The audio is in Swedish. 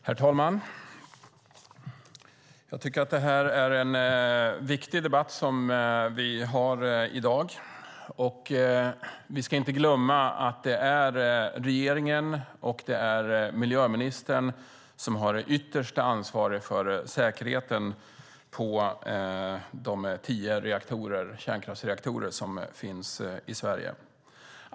Herr talman! Jag tycker att det är en viktig debatt som vi har i dag. Vi ska inte glömma att det är regeringen och miljöministern som har det yttersta ansvaret för säkerheten i de tio kärnkraftsreaktorer som finns i Sverige.